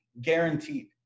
Guaranteed